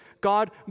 God